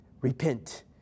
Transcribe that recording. Repent